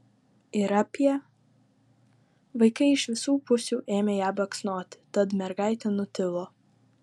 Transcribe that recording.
ir apie vaikai iš visų pusių ėmė ją baksnoti tad mergaitė nutilo